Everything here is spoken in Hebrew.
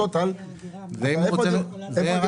הוא יכול